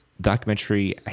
documentary